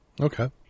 Okay